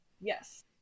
Yes